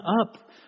up